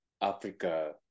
africa